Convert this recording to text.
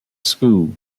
school